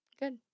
Good